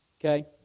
okay